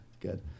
good